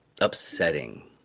upsetting